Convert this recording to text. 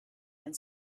and